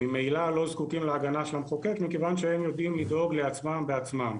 ממילא לא זקוקים להגנה של המחוקק מכיוון שהם יודעים לדאוג לעצמם בעצמם.